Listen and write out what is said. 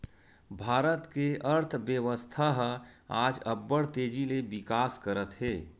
भारत के अर्थबेवस्था ह आज अब्बड़ तेजी ले बिकास करत हे